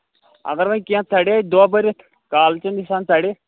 اَگر وۄنۍ کیٚنہہ ژَرے دۄہ بٔرِتھ کالچٮ۪ن نِش اَن ژَرے